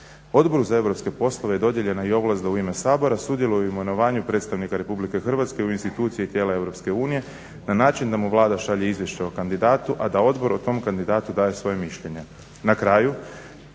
Odboru za europske poslove je dodijeljena i ovlast da u ime Sabora sudjeluju u imenovanju predstavnika Republike Hrvatske u instituciji tijela EU na način da mu Vlada šalje izvješće o kandidatu, a da odbor o tom kandidatu daje svoje mišljenje.